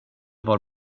var